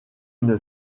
une